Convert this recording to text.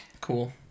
Cool